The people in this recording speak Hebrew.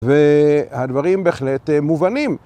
והדברים בהחלט מובנים.